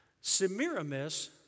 Semiramis